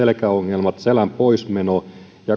selkäongelmat selän poismeno